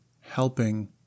helping